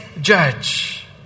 judge